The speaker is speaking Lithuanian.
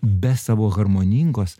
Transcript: be savo harmoningos